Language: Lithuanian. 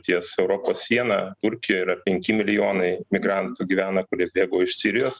ties europos siena turkija yra penki milijonai migrantų gyvena kurie bėgo iš sirijos